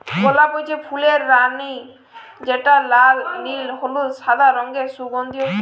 গলাপ হচ্যে ফুলের রালি যেটা লাল, নীল, হলুদ, সাদা রঙের সুগন্ধিও ফুল